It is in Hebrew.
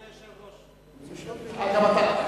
אדוני היושב-ראש, גם אתה.